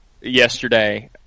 yesterday